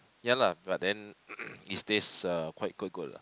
ya lah but then is taste uh quite quite good lah